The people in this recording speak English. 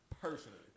personally